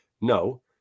no